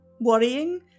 worrying